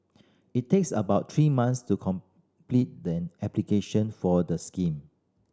it takes about three month to complete the application for the scheme